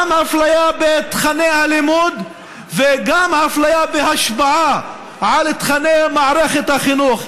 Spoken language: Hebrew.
גם אפליה בתוכני הלימוד וגם אפליה בהשפעה על תוכני מערכת החינוך.